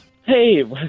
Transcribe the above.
Hey